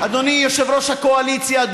אדוני יושב-ראש הקואליציה,